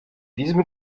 diesem